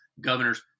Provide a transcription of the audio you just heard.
governors